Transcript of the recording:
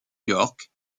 york